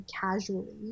casually